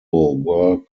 were